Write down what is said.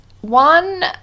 One